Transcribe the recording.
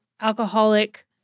alcoholic